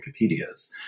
wikipedias